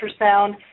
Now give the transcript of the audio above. ultrasound